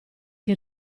che